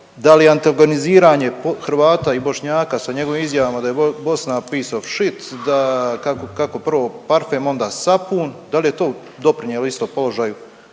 da li antigoniziranje Hrvata i Bošnjaka sa njegovim izjavama da je Bosna „piece of shit“, da kako, kako prvo parfem onda sapun, dal je to doprinijelo isto položaju,